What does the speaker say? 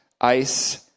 ice